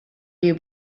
you